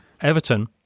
Everton